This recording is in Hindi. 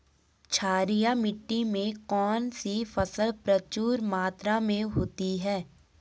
क्षारीय मिट्टी में कौन सी फसल प्रचुर मात्रा में होती है?